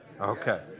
Okay